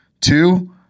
Two